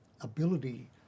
ability